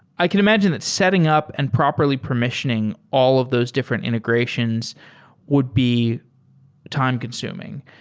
i can imagine that setting up and properly permissioning all of those different integrations would be time-consuming,